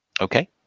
Okay